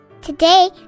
Today